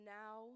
now